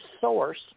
source